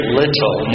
little